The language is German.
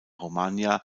romagna